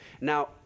Now